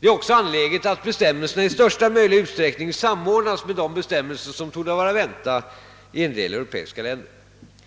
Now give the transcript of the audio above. Det är också angeläget att bestämmelserna i största möjliga utsträckning samordnas med de bestämmelser som torde vara att vänta i en del europeiska länder.